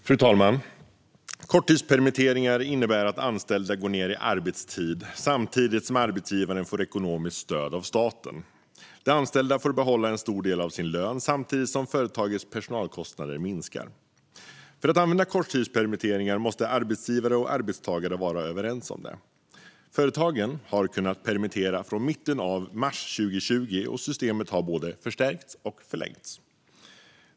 Fru talman! Korttidspermitteringar innebär att anställda går ned i arbetstid samtidigt som arbetsgivaren får ekonomiskt stöd av staten. De anställda får behålla en stor del av sin lön samtidigt som företagets personalkostnader minskar. För att använda korttidspermitteringen måste arbetsgivare och arbetstagare vara överens om det. Företagen har kunnat permittera från mitten av mars 2020, och systemet har både förstärkts och förlängts.